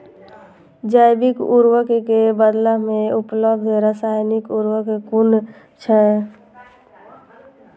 जैविक उर्वरक के बदला में उपलब्ध रासायानिक उर्वरक कुन छै?